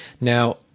Now